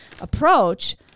approach